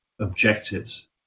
objectives